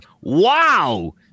Wow